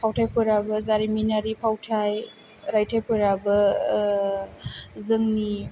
फावथाइफोराबो जारिमिनारि फावथाइ राइथाइ फोराबो जोंनि